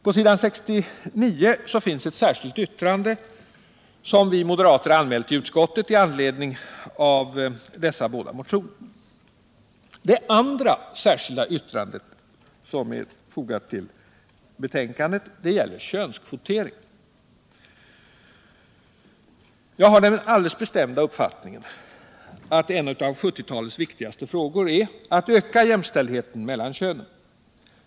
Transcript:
På s. 69 i betänkandet finns ett särskilt yttrande som vi moderater anmält i utskottet i anledning av dessa båda motioner. Det andra särskilda yttrande som är fogat till betänkandet gäller könskvo tering. Jag har den alldeles bestämda uppfattningen att det är en av 1970 talets viktigaste frågor att öka jämställdheten mellan könen.